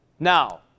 Now